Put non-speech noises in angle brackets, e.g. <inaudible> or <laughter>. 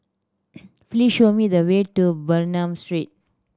<noise> please show me the way to Bernam Street